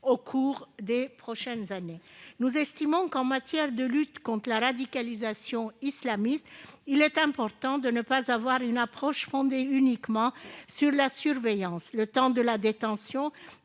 au cours des prochaines années. Nous estimons qu'en matière de lutte contre la radicalisation islamiste il est important de ne pas avoir une approche fondée uniquement sur la surveillance. Le temps de la détention